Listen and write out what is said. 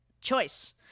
choice